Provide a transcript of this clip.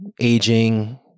aging